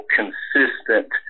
consistent